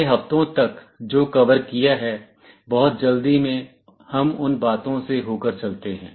हमने हफ्तों तक जो कवर किया है बहुत जल्दी में हम उन बातों से हो कर चलते हैं